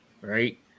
right